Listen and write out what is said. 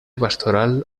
pastoral